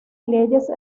leyes